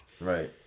Right